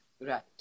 Right